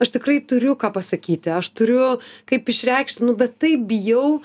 aš tikrai turiu ką pasakyti aš turiu kaip išreikšti nu bet taip bijau